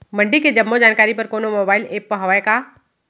मंडी के जम्मो जानकारी बर कोनो मोबाइल ऐप्प हवय का?